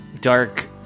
dark